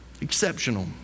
Exceptional